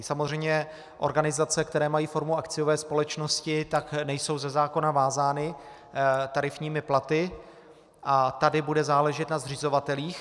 Samozřejmě organizace, které mají formu akciové společnosti, nejsou ze zákona vázány tarifními platy a tady bude záležet na zřizovatelích.